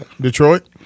Detroit